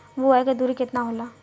बुआई के दुरी केतना होला?